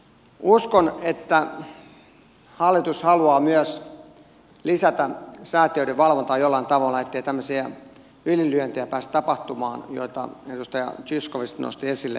uskon että hallitus haluaa myös lisätä säätiöiden valvontaa jollain tavalla ettei tämmöisiä ylilyöntejä joita edustaja zyskowicz nosti esille pääse tapahtumaan